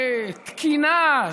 תקינה,